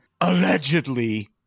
allegedly